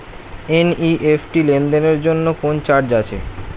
NEFT লেনদেনের জন্য কোন চার্জ আছে?